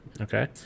Okay